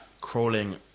crawling